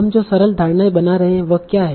हम जो सरल धारणाएँ बना रहे हैं वह क्या है